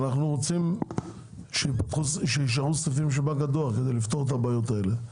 אנחנו רוצים שיישארו סניפים של בנק הדואר כדי לפתור את הבעיות האלה,